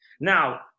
Now